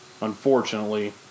unfortunately